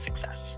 success